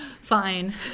Fine